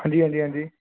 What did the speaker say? ਹਾਂਜੀ ਹਾਂਜੀ ਹਾਂਜੀ